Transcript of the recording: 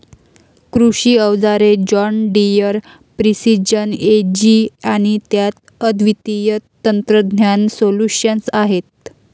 कृषी अवजारे John Deere precision Ag आणि त्यात अद्वितीय तंत्रज्ञान सोल्यूशन्स आहेत